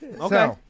Okay